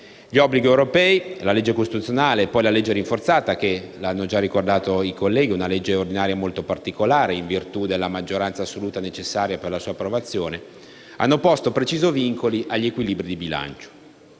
Gli obblighi europei, la legge costituzionale e poi la legge rinforzata, che - lo hanno già ricordato i colleghi - è una legge ordinaria molto particolare, in virtù della maggioranza assoluta necessaria per la sua approvazione, hanno posto precisi vincoli agli equilibri di bilancio.